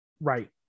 right